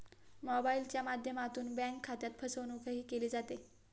मोबाइलच्या माध्यमातून बँक खात्यात फसवणूकही केली जाते